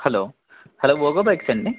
hello hello Vogo బైక్సండి